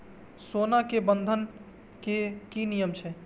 सोना के बंधन के कि नियम छै?